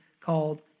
called